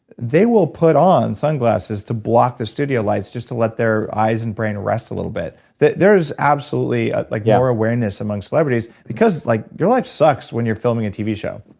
they will put on sunglasses to block the studio lights just to let their eyes and brain rest a little bit. there's there's absolutely ah like yeah more awareness among celebrities, because like your life sucks when you're filming a tv show.